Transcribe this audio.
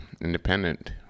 Independent